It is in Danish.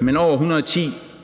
men over